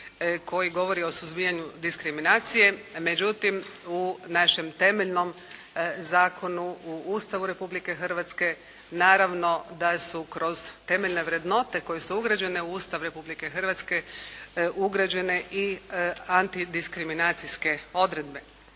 koji govori o suzbijanju diskriminacije, međutim u našem temeljnom zakonu, u Ustavu Republike Hrvatske naravno da su kroz temeljne vrednote koje su ugrađene u Ustav Republike Hrvatske ugrađene i antidiskriminacijske odredbe.